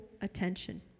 attention